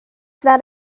that